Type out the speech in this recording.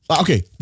Okay